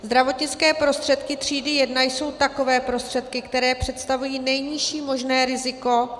Zdravotnické prostředky třídy jedna jsou takové prostředky, které představují nejnižší možné riziko.